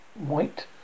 White